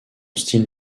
style